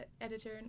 editor